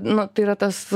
nu tai yra tas